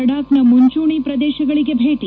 ಲಡಾಖ್ನ ಮುಂಚೂಣಿ ಪ್ರದೇಶಗಳಿಗೆ ಭೇಟಿ